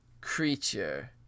creature